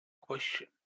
question